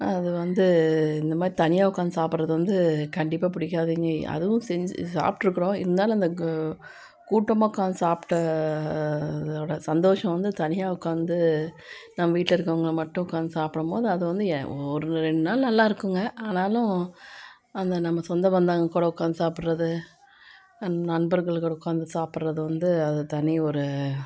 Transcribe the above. அது வந்து இந்த மாதிரி தனியாக உட்காந்து சாப்பிட்றது வந்து கண்டிப்பாக பிடிக்காதுங்க அதுவும் செஞ்சு சாப்பிட்ருக்குறோம் இருந்தாலும் அந்த கு கூட்டமாக உட்காந்து சாப்பிட்டதோட சந்தோஷம் வந்து தனியாக உட்காந்து நம்ம வீட்டில் இருக்கிறவங்கள மட்டும் உட்காந்து சாப்பிடும்போது அது வந்து ஒரு ரெண்டு நாள் நல்லா இருக்குங்க ஆனாலும் அந்த நம்ம சொந்தபந்தங்கள் கூட உட்காந்து சாப்பிட்றது அந்த நண்பர்களுடன் உட்காந்து சாப்பிட்றது வந்து அது தனி ஒரு